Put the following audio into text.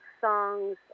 songs